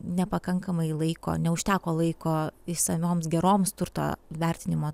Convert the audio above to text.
nepakankamai laiko neužteko laiko išsamioms geroms turto vertinimo